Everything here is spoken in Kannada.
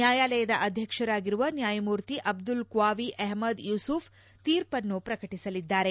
ನ್ನಾಯಾಲಯದ ಅಧ್ಯಕ್ಷರಾಗಿರುವ ನ್ನಾಯಮೂರ್ತಿ ಅಬ್ಲುಲ್ ಕ್ವಾವಿ ಅಪ್ಪದ್ ಯುಸುಫ್ ತೀರ್ಮನ್ನು ಪ್ರಕಟಸಲಿದ್ದಾರೆ